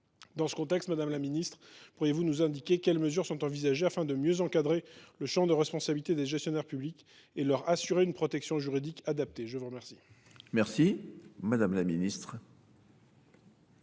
Dans ce contexte, madame la ministre, pourriez vous nous indiquer quelles mesures sont envisagées afin de mieux encadrer le champ des responsabilités des gestionnaires publics et leur assurer une protection juridique adaptée ? La parole est à Mme la ministre